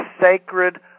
sacred